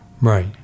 Right